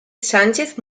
sánchez